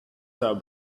have